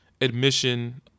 admission